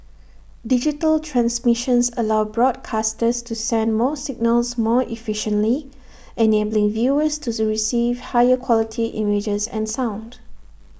digital transmissions allow broadcasters to send more signals more efficiently enabling viewers to receive higher quality images and sound